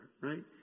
right